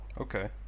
Okay